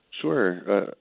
Sure